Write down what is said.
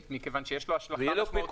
מכיוון שיש לו השלכה משמעותית על -- הנוסעים.